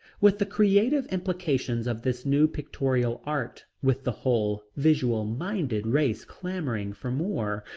with the creative implications of this new pictorial art, with the whole visual-minded race clamoring for more,